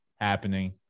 happening